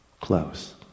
close